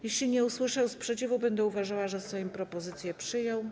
Jeśli nie usłyszę sprzeciwu, będę uważała, że Sejm propozycję przyjął.